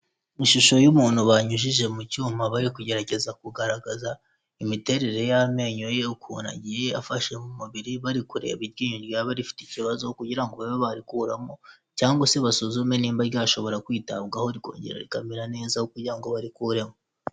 Ishusho y'umuntu banyujije mu cyuma bari kugerageza kugaragaza imiterere y'amenyo ye ukuntu agiye afashe mu mubiri, bari kureba iryinyo ryaba rifite ikibazo kugira ngo babe barikuramo, cyangwa se basuzume niba ryashobora kwitabwaho rikongera rikamera neza aho kugira ngo barikuremo.